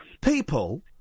people